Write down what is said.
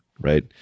right